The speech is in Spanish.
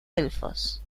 elfos